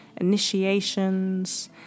initiations